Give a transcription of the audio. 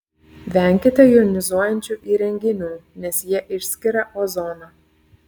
venkite jonizuojančių įrenginių nes jie išskiria ozoną